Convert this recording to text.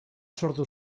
sortu